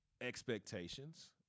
expectations